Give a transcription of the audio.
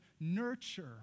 nurture